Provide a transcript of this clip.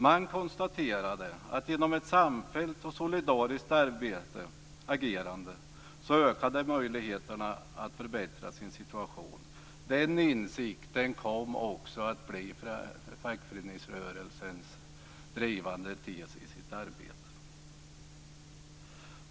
Man konstaterade att genom ett samfällt och solidariskt agerande ökade möjligheterna att förbättra sin situation. Den insikten kom också att bli fackföreningsrörelsens drivande tes i dess arbete.